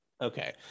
Okay